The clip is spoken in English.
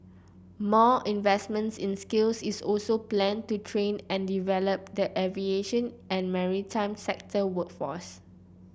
more investment in skills is also planned to train and develop the aviation and maritime sector workforce